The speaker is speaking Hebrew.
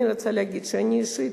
אני רוצה להגיד שאני אישית,